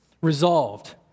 resolved